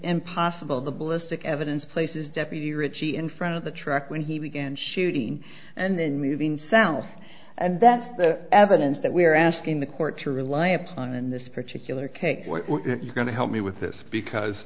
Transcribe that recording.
impossible the ballistic evidence places deputy richie in front of the truck when he began shooting and then moving south and that's the evidence that we are asking the court to rely upon in this particular case we're going to help me with this because